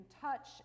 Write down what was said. touch